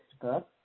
book